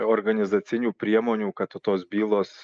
organizacinių priemonių kad tos bylos